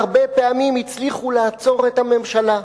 והרבה פעמים הצליחו לעצור את הממשלה.